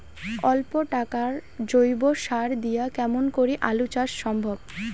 অল্প টাকার জৈব সার দিয়া কেমন করি আলু চাষ সম্ভব?